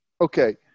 Okay